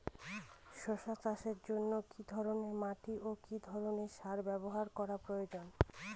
শশা চাষের জন্য কি ধরণের মাটি ও কি ধরণের সার ব্যাবহার করা প্রয়োজন?